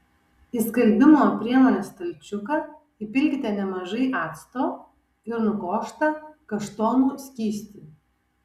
į skalbimo priemonės stalčiuką įpilkite nemažai acto ir nukoštą kaštonų skystį